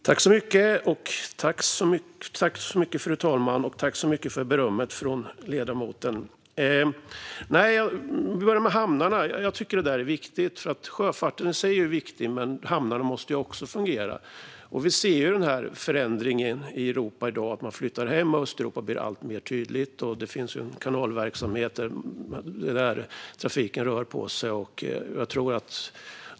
Fru talman! Tack så mycket för berömmet från ledamoten! Detta med hamnarna är viktigt. Sjöfarten i sig är viktig, men hamnarna måste också fungera. Vi ser förändringen i Europa i dag att man flyttar hem verksamhet. Det blir alltmer tydligt i Östeuropa. Det finns kanaler där trafiken rör på sig.